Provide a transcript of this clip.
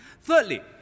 Thirdly